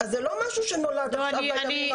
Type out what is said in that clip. זה לא משהו שנולד עכשיו בימים האחרונים.